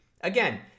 again